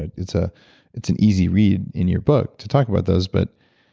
it's ah it's an easy read in your book to talk about those. but